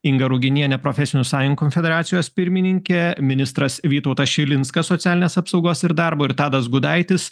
inga ruginienė profesinių sąjungų konfederacijos pirmininkė ministras vytautas šilinskas socialinės apsaugos ir darbo ir tadas gudaitis